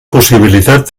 possibilitat